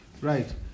Right